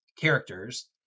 characters